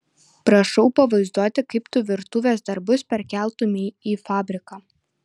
prašau pavaizduoti kaip tu virtuvės darbus perkeltumei į fabriką